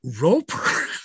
Roper